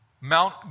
Mount